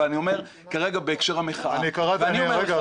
אבל אני אומר כרגע בהקשר המחאה --- רק להבהיר,